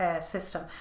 system